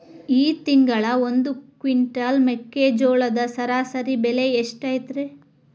ಈ ತಿಂಗಳ ಒಂದು ಕ್ವಿಂಟಾಲ್ ಮೆಕ್ಕೆಜೋಳದ ಸರಾಸರಿ ಬೆಲೆ ಎಷ್ಟು ಐತರೇ?